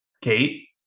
Kate